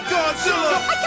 Godzilla